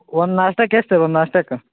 ಒಂದು ನಾಷ್ಟಕ್ಕೆ ಎಷ್ಟು ಸರ್ ಒಂದು ನಾಷ್ಟಕ್ಕೆ